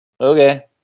okay